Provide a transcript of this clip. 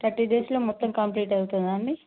thirty days లో మొత్తం complete అవుతాది అండి